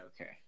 okay